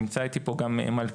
נמצא איתי פה גם מלכיאל,